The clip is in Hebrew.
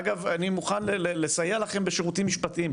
אגב אני מוכן לסייע לכם בשירותים משפטיים.